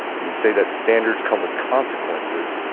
and you say that standards come with consequences,